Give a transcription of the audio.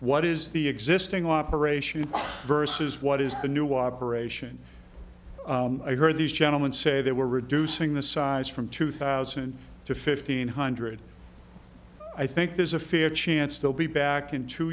what is the existing operation versus what is the new operation i heard these gentlemen say they were reducing the size from two thousand to fifteen hundred i think there's a fair chance they'll be back in two